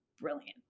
brilliant